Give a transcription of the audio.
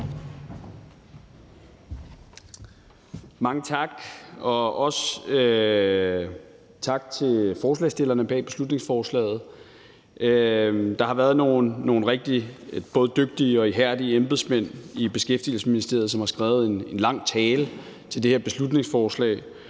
Tak. Også tak til forslagsstillerne af beslutningsforslaget. Det har været nogle både rigtig dygtige og ihærdige embedsmænd i Beskæftigelsesministeriet, som har skrevet en lang tale til det her beslutningsforslag,